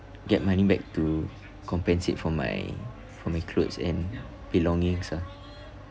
get money back to compensate for my for my clothes and belongings ah